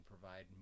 provide